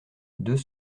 deux